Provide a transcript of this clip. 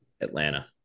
Atlanta